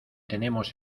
tenemos